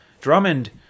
Drummond